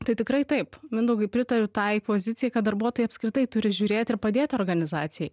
tai tikrai taip mindaugai pritariu tai pozicijai kad darbuotojai apskritai turi žiūrėti ir padėti organizacijai